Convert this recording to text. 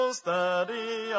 steady